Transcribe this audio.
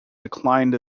declined